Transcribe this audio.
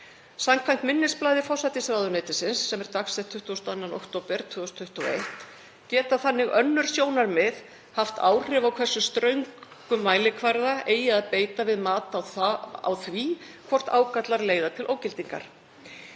Samkvæmt minnisblaði forsætisráðuneytisins, dagsettu 22. október 2021, geta þannig önnur sjónarmið haft áhrif á hversu ströngum mælikvarða eigi að beita við mat á því hvort ágallar leiða til ógildingar.